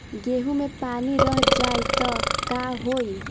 गेंहू मे पानी रह जाई त का होई?